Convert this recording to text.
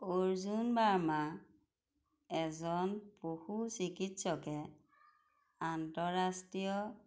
অৰ্জুন বাৰ্মা এজন পশু চিকিৎসকে আন্তঃৰাষ্ট্ৰীয়